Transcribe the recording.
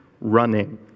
running